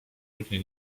równie